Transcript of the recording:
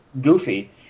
goofy